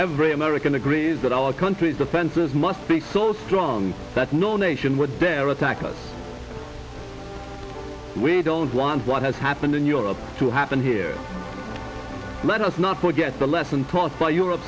every american agrees that all countries defenses must be so strong that no nation would dare attack us we don't want what has happened in europe to happen here let us not forget the lesson